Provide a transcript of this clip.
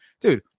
Dude